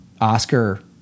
Oscar